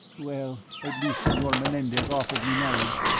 well at last, senor menendez offered me marriage.